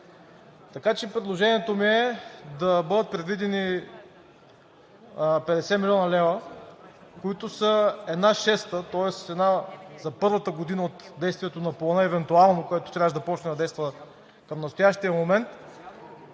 Така че предложението ми е да бъдат предвидени 50 млн. лв., които са една шеста за първата година от действието на Плана, който трябваше да започне да действа към настоящия момент,